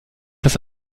das